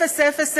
אפס,